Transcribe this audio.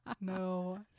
no